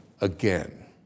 again